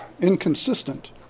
inconsistent